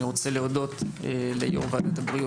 אני רוצה להודות ליושב-ראש ועדת הבריאות,